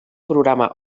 programa